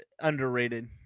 underrated